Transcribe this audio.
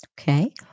Okay